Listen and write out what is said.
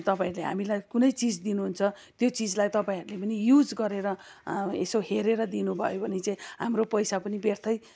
तपाईँहरूले हामीलाई कुनै चिज दिनुहुन्छ त्यो चिजलाई तपाईँहरूले पनि युज गरेर यसो हेरेर दिनुभयो भने चाहिँ हाम्रो पैसा पनि ब्यर्थै